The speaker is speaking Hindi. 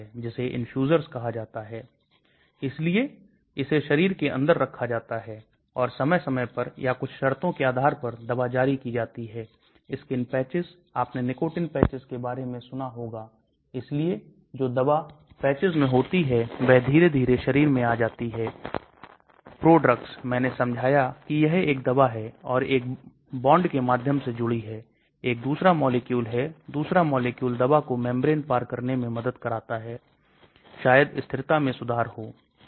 फिर हमारे पास उपापचय परिवहन संबंधी बाइंडिंग जैसे जैवरसायनिक गुण हैं और फिर हमारे पास दवा की घुलनशीलता पारगम्यता रासायनिक स्थिरता जैसे भौतिक रसायनिक गुण हैं जो भौतिक वातावरण है